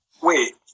Wait